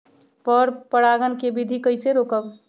पर परागण केबिधी कईसे रोकब?